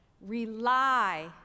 Rely